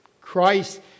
Christ